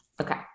Okay